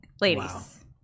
Ladies